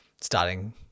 starting